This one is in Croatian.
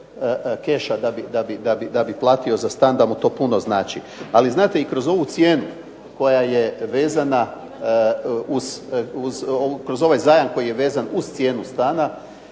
da bi platio za stan, da mu to puno znači ali znate i kroz ovu cijenu koja je vezana, kroz ovaj